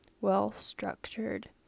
well-structured